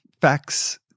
facts